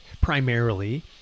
primarily